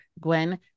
Gwen